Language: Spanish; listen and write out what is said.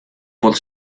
por